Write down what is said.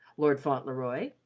lord fauntleroy,